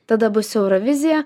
tada bus eurovizija